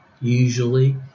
usually